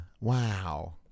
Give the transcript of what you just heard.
Wow